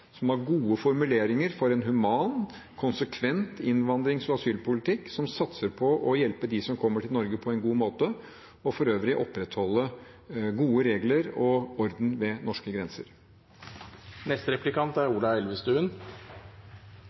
som har gode formuleringer for en human, konsekvent innvandrings- og asylpolitikk som satser på å hjelpe dem som kommer til Norge, på en god måte – og for øvrig opprettholder gode regler og orden ved norske